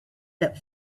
that